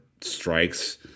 strikes